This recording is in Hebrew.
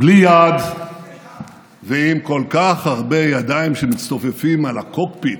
בלי יעד ועם כל כך הרבה ידיים שמצטופפות על הקוקפיט,